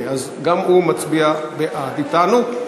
אז גם הוא מצביע בעד אתנו.